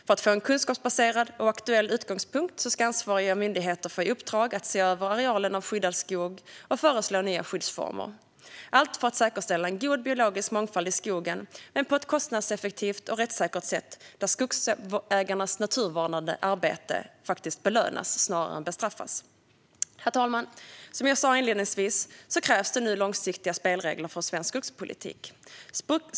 För att få en kunskapsbaserad och aktuell utgångspunkt ska ansvariga myndigheter få i uppdrag att se över arealen skyddad skog och föreslå nya skyddsformer - allt för att säkerställa en god biologisk mångfald i skogen, men på ett kostnadseffektivt och rättssäkert sätt som innebär att skogsägarnas naturvårdande arbete belönas snarare än bestraffas. Herr talman! Som jag sa inledningsvis krävs nu långsiktiga spelregler för svensk skogspolitik.